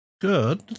good